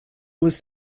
was